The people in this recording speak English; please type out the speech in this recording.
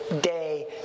day